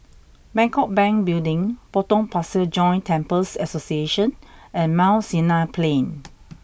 Bangkok Bank Building Potong Pasir Joint Temples Association and Mount Sinai Plain